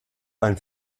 ein